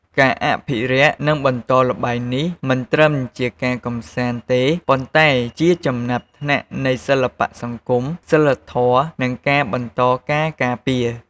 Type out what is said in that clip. ការអភិរក្ស និងបន្តល្បែងនេះ មិនត្រឹមជាការកម្សាន្តទេ ប៉ុន្តែជាចំណាត់ថ្នាក់នៃសិល្បៈសង្គម សីលធម៌ និងការបន្តការការពារ។